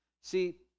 See